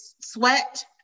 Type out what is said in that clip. sweat